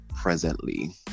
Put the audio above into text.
presently